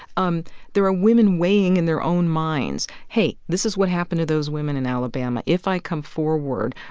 um there are women weighing in their own minds hey, this is what happened to those women in alabama. if i come forward,